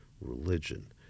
religion